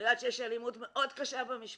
אני יודעת שיש אלימות מאוד קשה במשפחות,